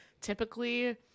typically